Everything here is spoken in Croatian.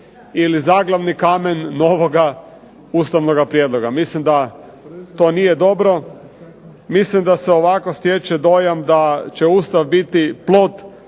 ili zaglavni kamen novoga ustavnoga prijedloga. Mislim da to nije dobro, mislim da se ovako stječe dojam da će Ustav biti plod